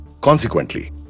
Consequently